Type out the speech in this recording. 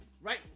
Right